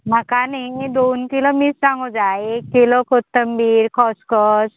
म्हाका न्ही दोन किलो मिरसांगो सांगू जाय एक किलो कोतंबीर खसखस